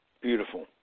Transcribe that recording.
Beautiful